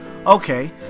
okay